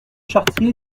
chartier